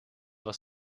was